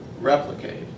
replicate